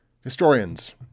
Historians